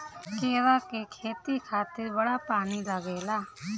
केरा के खेती खातिर बड़ा पानी लागेला